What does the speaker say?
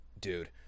dude